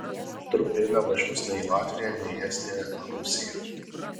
trupė nevažiuos nei į latviją nei į estiją ar rusiją